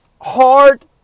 hard